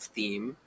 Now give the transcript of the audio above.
Theme